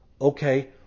Okay